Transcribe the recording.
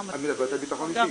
לגמרי.